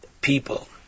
people